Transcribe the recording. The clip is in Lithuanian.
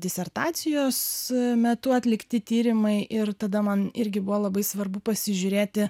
disertacijos metu atlikti tyrimai ir tada man irgi buvo labai svarbu pasižiūrėti